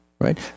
right